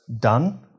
done